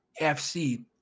FC